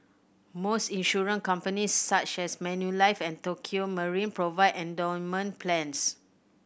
most insurance companies such as Manulife and Tokio Marine provide endowment plans